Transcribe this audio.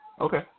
Okay